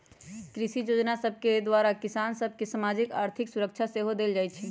कृषि जोजना सभके द्वारा किसान सभ के सामाजिक, आर्थिक सुरक्षा सेहो देल जाइ छइ